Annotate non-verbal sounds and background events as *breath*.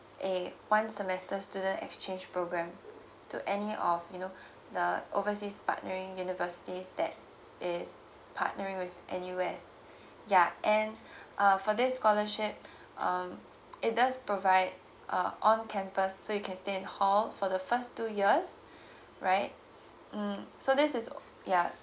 a one semester student exchange program to any of you know *breath* the overseas partnering universities that is partnering with N_U_S ya and *breath* uh for this scholarship *breath* um it does provide a on campus so you can stay in hall for the first two years *breath* right mm so this is yeah